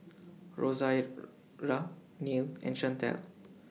Rosaria Neil and Shantel